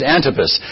Antipas